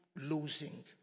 losing